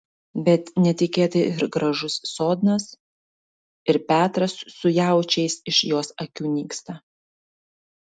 bet netikėtai ir gražus sodnas ir petras su jaučiais iš jos akių nyksta